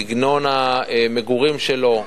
סגנון המגורים שלו,